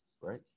right